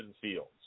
Fields